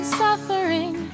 suffering